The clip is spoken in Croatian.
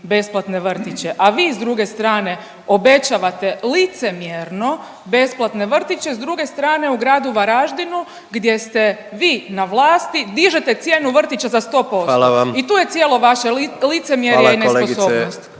besplatne vrtiće. A vi s druge strane obećavate licemjerno besplatne vrtiće, s druge strane u Gradu Varaždinu gdje ste vi na vlasti dižete cijenu vrtića za 100% …/Upadica predsjednik: Hvala vam./… i tu je cijelo vaše licemjerje i nesposobnost. **Jandroković,